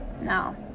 no